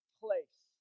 place